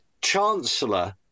chancellor